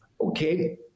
Okay